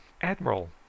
Admiral